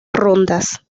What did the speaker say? rondas